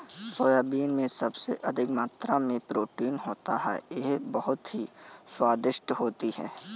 soybean में सबसे अधिक मात्रा में प्रोटीन होता है यह बहुत ही स्वादिष्ट होती हैं